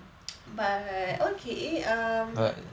but okay um